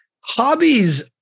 hobbies